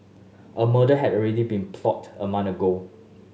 a murder had already been plotted a month ago